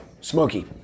smoky